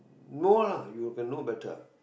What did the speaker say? know lah you can know better